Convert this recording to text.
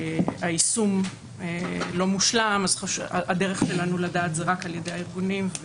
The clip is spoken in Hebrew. שהיישום לא מושלם אז הדרך שלנו לדעת היא רק על ידי הארגונים,